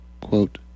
quote